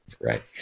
right